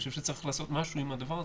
אני חושב שצריך לעשות משהו עם הדבר הזה,